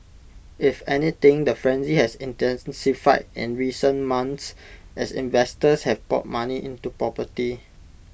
if anything the frenzy has intensified in recent months as investors have poured money into property